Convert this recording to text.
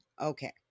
Okay